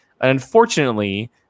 Unfortunately